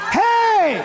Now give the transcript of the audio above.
hey